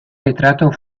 retrato